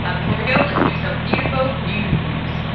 ah before we go, let's do some theatrefolk news.